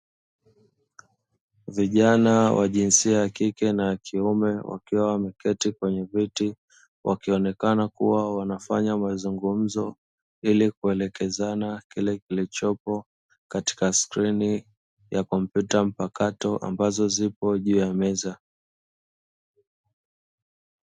Vijana wa jinsia ya kike na ya kiume wakiwa wameketi kwenye viti wakionekana kuwa wanafanya mazungumzo ili kuelekezana kile kilichopo katika skrini ya kompyuta mpakato ambazo zipo juu ya meza.